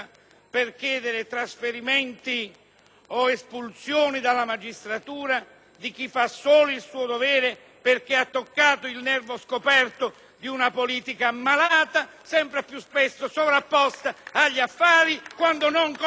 semplicemente il suo dovere ha toccato il nervo scoperto di una politica malata e sempre più spesso sovrapposta agli affari, quando non contigua alla malavita organizzata.